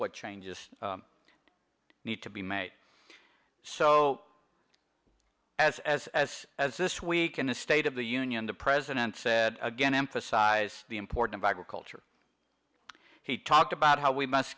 what changes need to be made so as as as as this week in the state of the union the president said again emphasize the importance of agriculture he talked about how we must